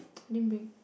then bring